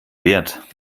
wert